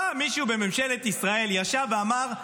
פעם מישהו בממשלת ישראל ישב ואמר: